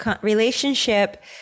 relationship